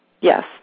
Yes